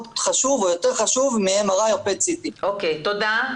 חשוב או יותר חשוב מ-MRI או PET CT. תודה.